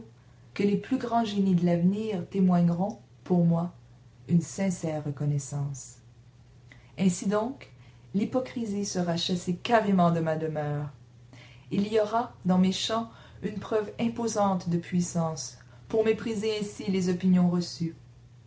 que les plus grands génies de l'avenir témoigneront pour moi une sincère reconnaissance ainsi donc l'hypocrisie sera chassée carrément de ma demeure il y aura dans mes chants une preuve imposante de puissance pour mépriser ainsi les opinions reçues